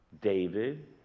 David